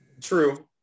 True